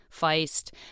Feist